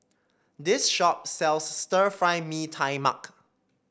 this shop sells Stir Fry Mee Tai Mak